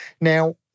Now